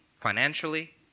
financially